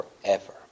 forever